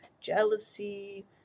jealousy